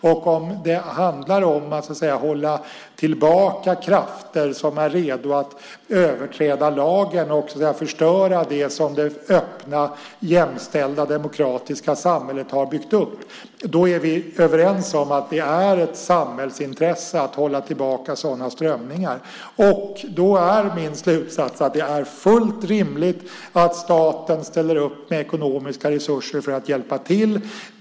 Om det handlar om att så att säga hålla tillbaka krafter som är redo att överträda lagen och förstöra det som det öppna jämställda demokratiska samhället byggt upp är vi överens om att det är ett samhällsintresse att hålla tillbaka sådana strömningar. Då är min slutsats att det är fullt rimligt att staten ställer upp med ekonomiska resurser för att hjälpa till.